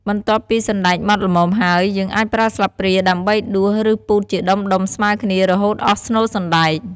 បន្ទាប់ពីសណ្ដែកម៉ដ្ឋល្មមហើយ យើងអាចប្រើស្លាបព្រាដើម្បីដួស រួចពូតជាដុំៗស្មើគ្នា រហូតអស់ស្នូលសណ្ដែក។